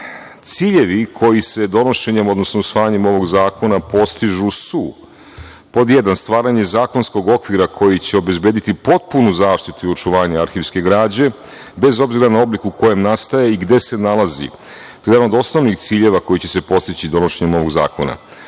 itd. Ciljevi koji se donošenjem, odnosno usvajanjem ovog zakona postižu su – 1. stvaranje zakonskog okvira koji će obezbediti potpunu zaštitu i očuvanje arhivske građe bez obzira na obliku u kojem nastaje i gde se nalazi. To je jedan od osnovnih ciljeva koji će se postići donošenjem ovog zakona.